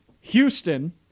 Houston